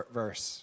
verse